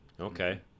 Okay